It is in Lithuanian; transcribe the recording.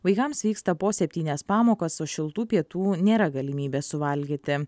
vaikams vyksta po septynias pamokas o šiltų pietų nėra galimybės suvalgyti